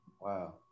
Wow